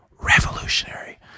Revolutionary